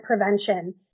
prevention